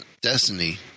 destiny